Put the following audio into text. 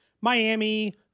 Miami